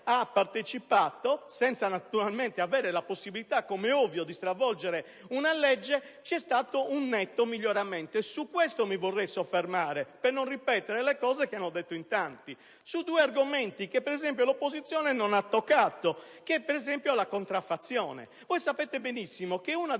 ha partecipato, senza naturalmente avere la possibilità - com'è ovvio - di stravolgerlo, c'è stato un netto miglioramento. Su questo mi vorrei soffermare per non ripetere le cose che hanno detto in tanti, in particolare su due argomenti che l'opposizione non ha toccato, uno dei quali riguarda la contraffazione. Voi sapete benissimo che una